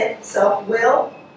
self-will